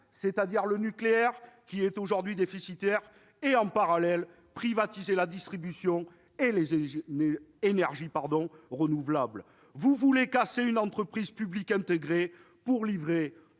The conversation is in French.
c'est-à-dire un nucléaire aujourd'hui déficitaire, et privatiser la distribution et les énergies renouvelables. Exact ! Vous voulez casser une entreprise publique intégrée pour livrer